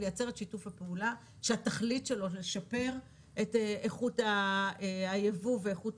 לייצר את שיתוף הפעולה שהתכלית שלו זה לשפר את איכות היבוא ואיכות